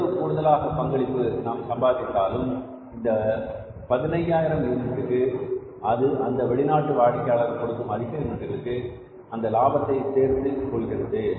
எவ்வளவு கூடுதல் பங்களிப்பு நாம் சம்பாதித்தாலும் இந்த பதினையாயிரம் யூனிட்டுக்கு அது அந்த வெளிநாட்டு வாடிக்கையாளர் கொடுக்கும் அதிக யூனிட்டுகளுக்கு அந்த லாபம் சேர்ந்து கொள்கிறது